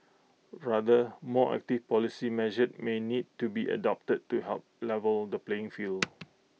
rather more active policy measures may need to be adopted to help level the playing field